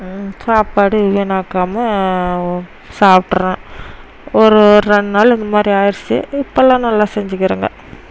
சாப்பாடு வீணாக்காமல் சாப்பிட்டுறேன் ஒரு ஒரு ரெண்டு நாள் இந்த மாதிரி ஆகிருச்சி இப்பெல்லாம் நல்லா செஞ்சுக்கிறேங்க